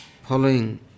following